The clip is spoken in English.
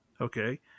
okay